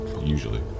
Usually